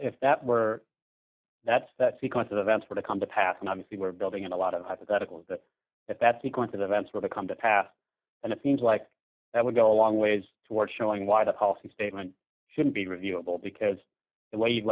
if that were that's that sequence of events were to come to pass and obviously we're building in a lot of hypotheticals that at that sequence of events were to come to pass and it seems like that would go a long ways towards showing why the policy statement should be reviewable because the